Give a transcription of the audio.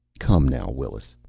come now, willis.